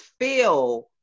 feel